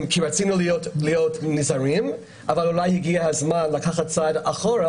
כי רצינו להיות זהירים אבל אולי הגיע הזמן לקחת צעד אחורה